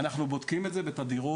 אנחנו בודקים את זה בתדירות